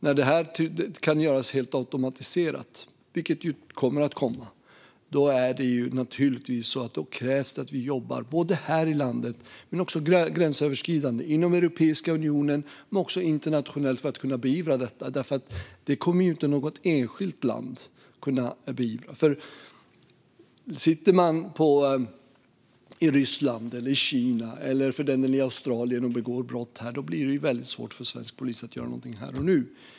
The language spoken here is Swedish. När detta kan göras helt automatiserat, vilket kommer att komma, krävs att vi jobbar både här i landet och gränsöverskridande inom Europeiska unionen och internationellt för att beivra det, för detta kommer inte något enskilt land att kunna göra. Om man sitter i Ryssland, i Kina eller för den delen i Australien och begår brott här blir det väldigt svårt för svensk polis att göra något här och nu.